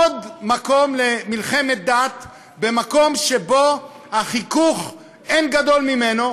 עוד מקום למלחמת דת במקום שבו החיכוך אין גדול ממנו,